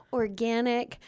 organic